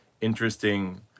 interesting